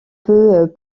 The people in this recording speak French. peut